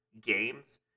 games